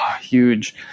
huge